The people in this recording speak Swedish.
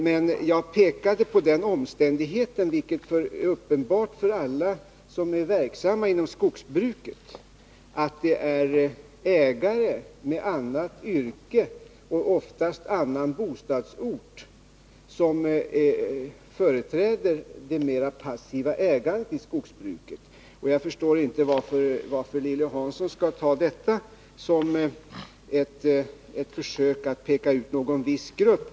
Men jag visade på den omständigheten — den är uppenbar för alla som är verksamma inom skogsbruket — att det är ägare med annat yrke och oftast annan bostadsort som står för det mera passiva ägandet av skogsråvaran. Jag förstår inte varför Lilly Hansson tar det som ett försök att peka ut någon viss grupp.